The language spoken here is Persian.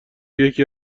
یکی